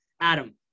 Adam